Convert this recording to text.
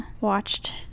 watched